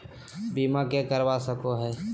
बीमा के करवा सको है?